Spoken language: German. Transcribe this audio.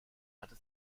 hatte